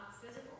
physical